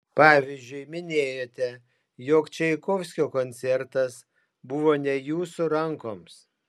pavyzdžiui minėjote jog čaikovskio koncertas buvo ne jūsų rankoms